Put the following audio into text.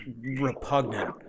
repugnant